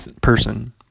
person